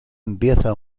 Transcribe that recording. empieza